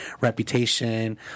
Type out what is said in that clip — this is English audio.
Reputation